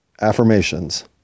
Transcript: affirmations